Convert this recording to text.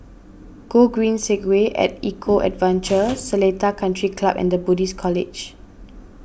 Gogreen Segway at Eco Adventure Seletar Country Club and the Buddhist College